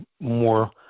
more